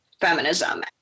feminism